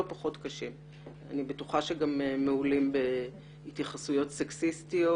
אני בטוחה שגם מהולים בהתייחסויות סקסיסטיות,